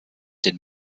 den